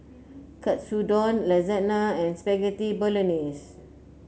Katsudon Lasagna and Spaghetti Bolognese